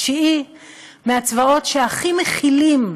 מהצבאות שהכי מכילים,